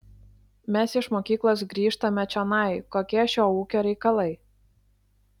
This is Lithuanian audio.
mes iš mokyklos grįžtame čionai kokie šio ūkio reikalai